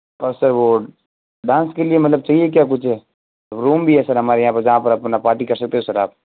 और सर वो डांस के लिए मतलब चाहिए क्या कुछ रूम भी है सर हमारे यहाँ पर जहाँ पर अपना पार्टी कर सकते हो सर आप